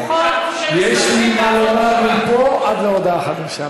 יש לי מה לומר מפה עד להודעה חדשה,